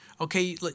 okay